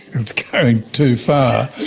it's going too far,